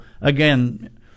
again